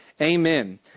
Amen